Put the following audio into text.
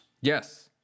yes